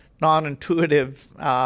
non-intuitive